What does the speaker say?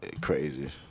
crazy